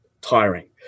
tiring